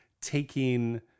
taking